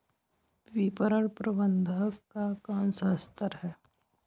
विपणन प्रबंधन का कौन सा स्तर है?